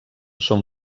són